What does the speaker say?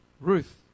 Ruth